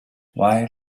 while